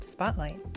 Spotlight